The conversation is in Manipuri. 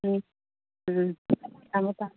ꯎꯝ ꯎꯝ ꯊꯝꯃꯦ ꯊꯝꯃꯦ